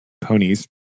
ponies